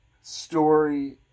story